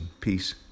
Peace